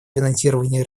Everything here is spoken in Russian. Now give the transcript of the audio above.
финансирования